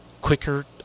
quicker